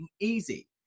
easy